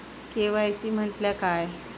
KYC म्हटल्या काय?